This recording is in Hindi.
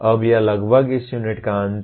अब यह लगभग इस यूनिट का अंत है